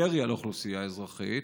ירי על אוכלוסייה אזרחית,